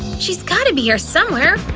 she's gotta be here somewhere!